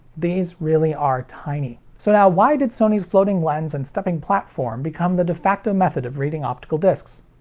these really are tiny. so now, why did sony's floating lens and stepping platform become the de facto method of reading optical discs?